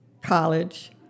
College